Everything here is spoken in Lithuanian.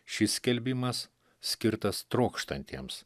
šis skelbimas skirtas trokštantiems